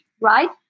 right